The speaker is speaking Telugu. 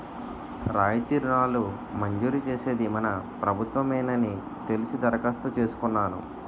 రాయితీ రుణాలు మంజూరు చేసేది మన ప్రభుత్వ మేనని తెలిసి దరఖాస్తు చేసుకున్నాను